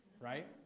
right